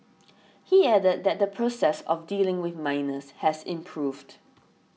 he added that the process of dealing with minors has improved